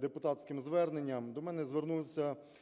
депутатським зверненням. До мене звернувся